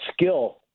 skill